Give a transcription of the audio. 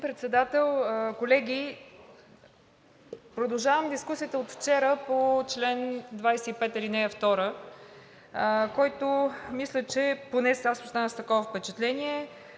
Председател, колеги! Продължавам дискусията от вчера по чл. 25, ал. 2, който мисля, поне аз останах с това впечатление